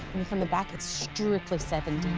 and from the back, it's strictly seventy